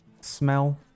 smell